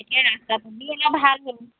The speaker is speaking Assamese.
এতিয়া ৰাস্তা পদূলিও ভাল হ'ল